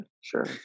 sure